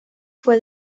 fue